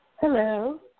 Hello